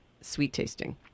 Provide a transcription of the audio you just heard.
sweet-tasting